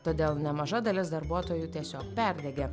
todėl nemaža dalis darbuotojų tiesiog perdegė